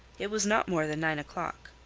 it was not more than nine o'clock.